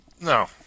no